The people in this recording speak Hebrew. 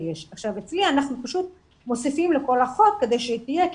אצלי אנחנו פשוט מוסיפים לכל אחות כדי שתהיה,